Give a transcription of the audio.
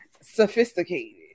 sophisticated